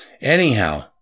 Anyhow